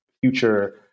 future